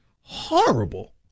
horrible